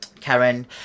Karen